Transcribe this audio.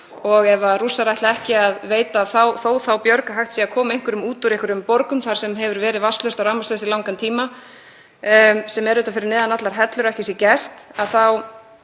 fast. Ef Rússar ætla ekki að veita þó þá björg að hægt sé að koma einhverjum út úr borgum þar sem hefur verið vatnslaust og rafmagnslaust í langan tíma, sem er fyrir neðan allar hellur að ekki sé gert, þá